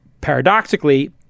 Paradoxically